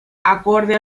acorde